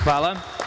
Hvala.